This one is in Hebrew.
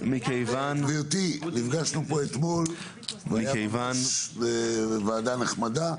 גברתי נפגשנו פה אתמול בוועדה נחמדה,